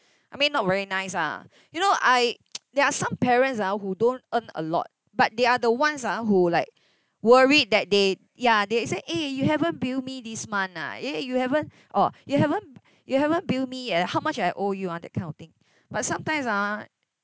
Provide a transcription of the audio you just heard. I mean not very nice ah you know I there are some parents ah who don't earn a lot but they are the ones ah who like worried that they ya they say eh you haven't bill me this month ah eh you haven't oh you haven't you haven't bill me eh how much I owe you ah that kind of thing but sometimes ah